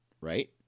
right